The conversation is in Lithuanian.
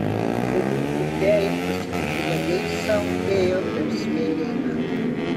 berniukų trejetas žvaliai sau ėjo per smėlyną